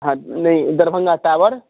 हाँ नहीं दरभंगा टावर